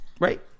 right